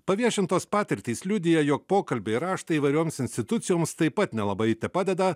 paviešintos patirtys liudija jog pokalbiai raštai įvairioms institucijoms taip pat nelabai tepadeda